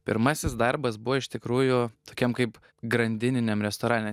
pirmasis darbas buvo iš tikrųjų tokiam kaip grandininiam restorane